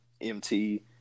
MT